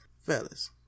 Fellas